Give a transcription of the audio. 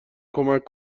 کمک